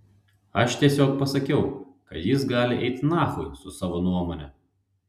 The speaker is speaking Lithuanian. aš tiesiog pasakiau kad jis gali eit nachui su savo nuomone